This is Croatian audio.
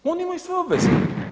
Oni imaju svoje obveze.